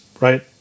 right